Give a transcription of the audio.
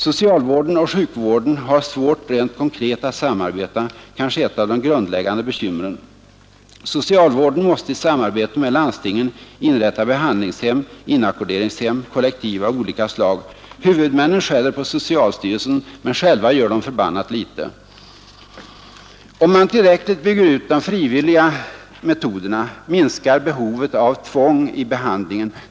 Socialvården och sjukvården har svårt rent konkret att samarbeta — kanske ett av de grundläggande bekymren. Socialvården måste i samarbete med landstingen inrätta behandlingshem, inackorderingshem, kollektiv av olika slag. Huvudmännen skäller på socialstyrelsen, men själva gör de förbannat lite!” Om man tillräckligt bygger ut de frivilliga metoderna, minskar behovet av tvång i behandlingen.